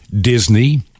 Disney